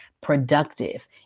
productive